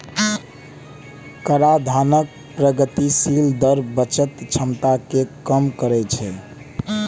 कराधानक प्रगतिशील दर बचत क्षमता कें कम करै छै